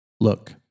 Look